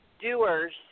doers